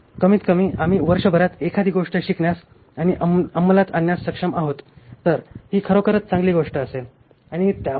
कमीतकमी आम्ही वर्षभरात एखादी गोष्ट शिकण्यास आणि अंमलात आणण्यास सक्षम आहोत तर ही खरोखरच चांगलीगोष्ट असेल आणि आपण त्यासाठी पुढाकार घेतला पाहिजे बरोबर